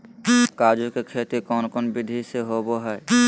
काजू के खेती कौन कौन विधि से होबो हय?